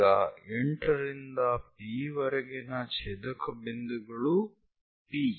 ಈಗ 8 ರಿಂದ P ವರೆಗಿನ ಛೇದಕ ಬಿಂದುಗಳು P